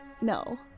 no